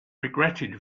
regretted